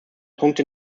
punkte